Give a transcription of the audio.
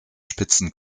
spitzen